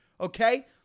Okay